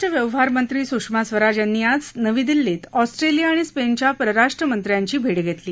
परराष्ट्र व्यवहारमंत्री सुषमा स्वराज यांनी आज नवी दिल्लीत अॅस्ट्रेलिया आणि स्पेनच्या परराष्ट्रमंत्र्यांची भेट घेतली